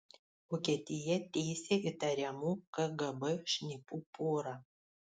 vokietija teisia įtariamų kgb šnipų porą